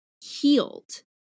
healed